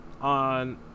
on